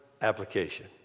application